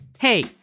Hey